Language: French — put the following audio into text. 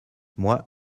moi